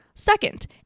Second